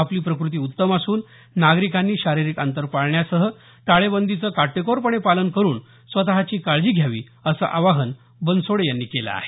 आपली प्रकृती उत्तम असून नागरिकांनी शारीरिक अंतर पाळण्याचं टाळेबंदीचं काटेकोरपणे पालन करुन स्वतःची काळजी घ्यावी असं आवाहन बनसोडे यांनी केलं आहे